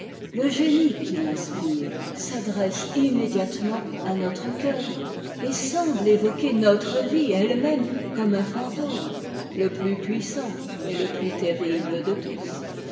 le génie qui l'inspire s'adresse immédiatement à notre coeur et semble évoquer notre vie elfe même comme un fantôme le plus puissant et le plus terrible de tous